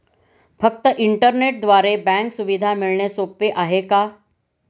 फक्त इंटरनेटद्वारे बँक सुविधा मिळणे सोपे आहे का?